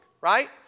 right